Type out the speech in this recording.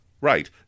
Right